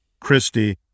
Christie